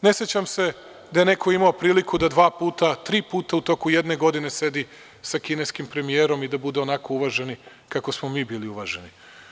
Ne sećam se da je neko imao priliku da dva puta, tri puta u toku jedne godine sedi sa kineskim premijerom i da bude onako uvaženi kako smo mi bili uvaženi.